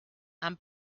and